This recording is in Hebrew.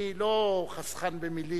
אני לא חסכן במלים.